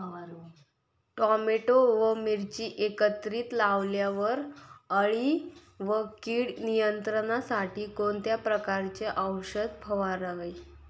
Tomato व मिरची एकत्रित लावल्यावर अळी व कीड नियंत्रणासाठी कोणत्या प्रकारचे औषध फवारावे?